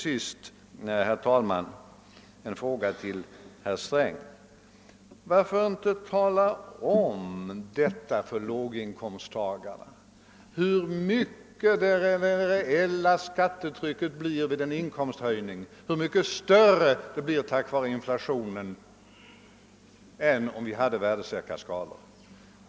Slutligen ännu en fråga till herr Sträng: Varför inte tala om för låginkomsttagarna hur stort det reella skattetrycket blir vid en inkomsthöjning och hur mycket större det blir på grund av inflationen än om vi har värdesäkra skalor?